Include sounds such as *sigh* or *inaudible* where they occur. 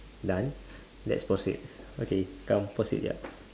done *breath* let's pause it okay come pause it ya